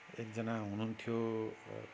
एकजना हुनुहुन्थ्यो